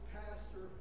pastor